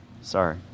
Sorry